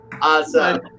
Awesome